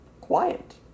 quiet